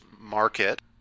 Market